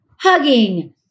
hugging